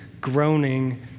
groaning